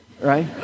right